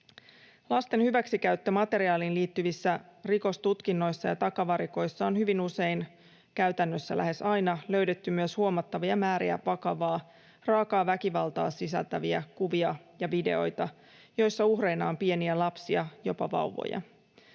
Lasten hyväksikäyttömateriaaliin liittyvissä rikostutkinnoissa ja takavarikoissa on hyvin usein, käytännössä lähes aina, löydetty myös huomattavia määriä vakavaa, raakaa väkivaltaa sisältäviä kuvia ja videoita, joissa uhreina on pieniä lapsia, jopa vauvoja.